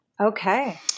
Okay